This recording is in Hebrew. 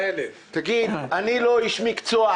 אני לא איש מקצוע,